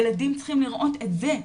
ילדים צריכים לראות את זה,